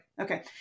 Okay